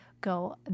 go